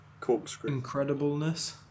Incredibleness